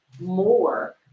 more